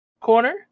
corner